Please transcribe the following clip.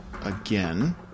Again